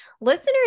Listeners